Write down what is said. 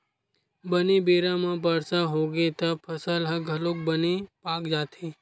बने बेरा म बरसा होगे त फसल ह घलोक बने पाक जाथे